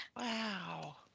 Wow